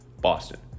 Boston